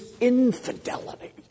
infidelity